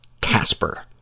Casper